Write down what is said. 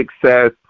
success